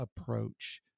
approach